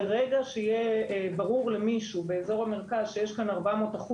ברגע שיהיה ברור למישהו באזור המרכז שיש כאן 400%